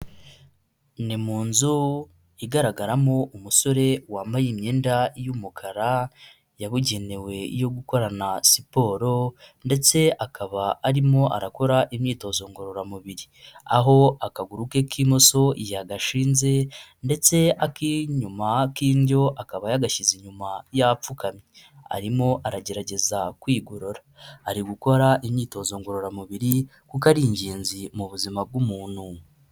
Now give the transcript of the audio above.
Ni mu nzu igaragaramo umusore wambaye imyenda y'umukara, yabugenewe yo gukorana siporo ndetse akaba arimo arakora imyitozo ngororamubiri. Aho akaguru ke k'imoso yagashinze ndetse ak'inyuma k'indyo akaba yagashyize inyuma yapfukamye. Arimo aragerageza kwigorora. Ari gukora imyitozo ngororamubiri kuko ari ingenzi mu buzima bw'umuntu.